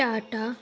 Tata